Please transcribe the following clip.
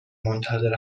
منتظر